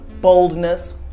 boldness